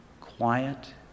Quiet